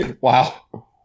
Wow